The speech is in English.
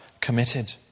committed